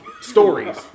Stories